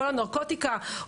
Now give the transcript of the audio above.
כל הנרקוטיקה,